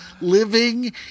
living